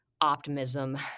optimism